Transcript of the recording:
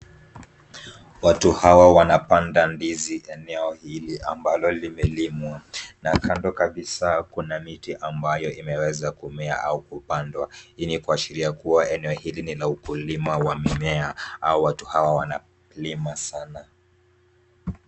Watu hawa wanapanda ndizi eneo hili ambalo limelimwa. Na kando kabisa kuna miti ambayo imeweza kumea au kupandwa. Hili ni kuashiria kuwa eneo hili ni la ukulima wa mimea au watu hawa wanalima sana.